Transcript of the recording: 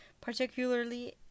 particularly